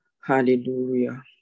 Hallelujah